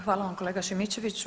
Hvala vam kolega Šimičeviću.